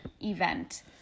event